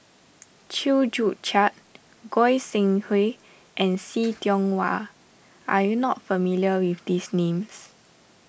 Chew Joo Chiat Goi Seng Hui and See Tiong Wah are you not familiar with these names